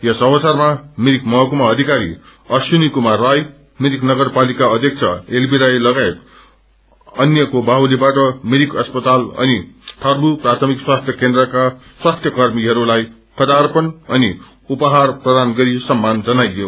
यस अवसरमा मिरिक महक्कमा अधिकारी अश्विनी क्रमार राय मिरिक नगरपालिका अध्यक्ष एलबी राई लगायत अ अन्यको बाहुलीबाट मिरिक अस्पताल अनि धर्वु प्राथमिक स्वास्थि केन्द्रका स्वास्थ्य कर्मचारीहरूताई खदा अर्पण अनि उपझर प्रदान गरी सम्मान जनाइयो